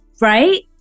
right